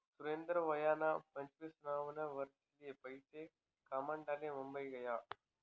सुरेंदर वयना पंचवीससावा वरीसले पैसा कमाडाले मुंबई गया